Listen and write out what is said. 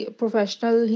professional